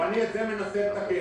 ואת זה אני מנסה לתקן.